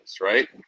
right